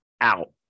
out